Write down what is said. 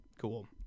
Cool